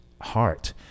heart